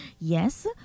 Yes